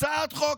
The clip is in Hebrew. הצעת חוק